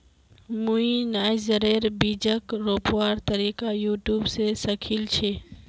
मुई नाइजरेर बीजक रोपवार तरीका यूट्यूब स सीखिल छि